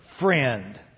friend